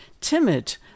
timid